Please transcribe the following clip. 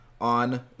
on